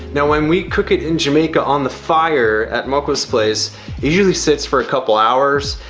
now, when we cook it in jamaica on the fire at mokko's place, it usually sits for a couple hours.